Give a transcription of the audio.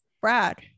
Brad